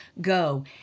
Go